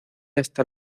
hasta